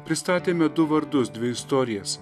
pristatėme du vardus dvi istorijas